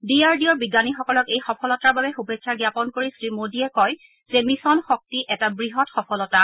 D আৰ ডি অ'ৰ বিজ্ঞানীসকলক এই সফলতাৰ বাবে শুভেচ্ছা জ্ঞাপন কৰি শ্ৰীমোদীয়ে কয় যে মিছন শক্তি এটা বৃহৎ সফলতা